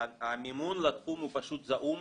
המימון לתחום הוא פשוט זעום,